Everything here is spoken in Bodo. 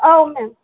आव मेम